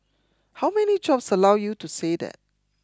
how many jobs allow you to say that